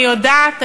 אני יודעת,